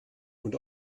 und